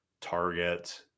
target